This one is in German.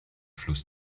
fluss